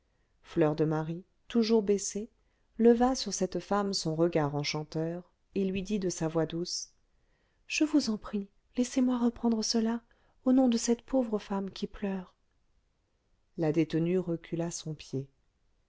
fleur de marie toujours baissée leva sur cette femme son regard enchanteur et lui dit de sa voix douce je vous en prie laissez-moi reprendre cela au nom de cette pauvre femme qui pleure la détenue recula son pied